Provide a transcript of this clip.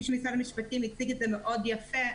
משרד המשפטים הציג את זה מאוד יפה.